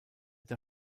der